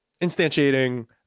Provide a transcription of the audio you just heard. instantiating